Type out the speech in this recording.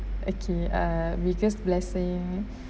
okay err biggest blessing